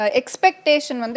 expectation